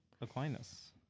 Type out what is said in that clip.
Aquinas